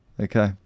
Okay